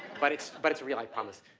but it's, but it's real, i promise.